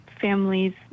families